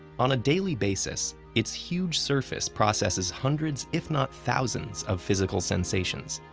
on a daily basis, its huge surface processes hundreds, if not thousands, of physical sensations,